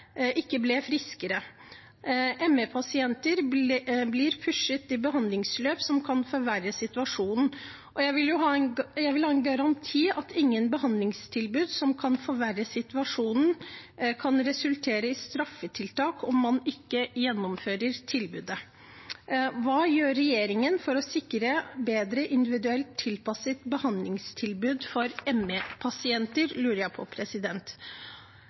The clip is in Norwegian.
blir pushet til behandlingsløp som kan forverre situasjonen. Jeg vil ha en garanti for at ingen behandlingstilbud som kan forverre situasjonen, kan resultere i straffetiltak om man ikke gjennomfører tilbudet. Jeg lurer på: Hva gjør regjeringen for å sikre bedre individuelt tilpassede behandlingstilbud for ME-pasienter? Pårørende til de mest alvorlig ME-syke bruker 40 eller flere timer i uka på